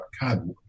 God